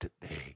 today